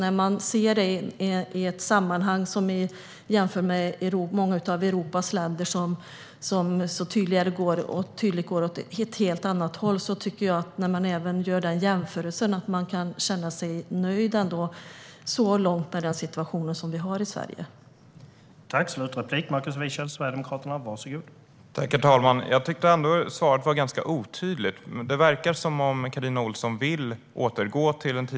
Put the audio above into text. När man ser det i ett sammanhang och jämför med många av Europas länder som så tydligt går åt ett helt annat håll tycker jag att man kan känna sig nöjd med den situation som vi har i Sverige så här långt.